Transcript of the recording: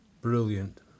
Brilliant